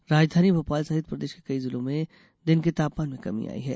जिससे राजधानी भोपाल सहित प्रदेश के कई जिलों में दिन के तापमान में कमी आई है